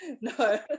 No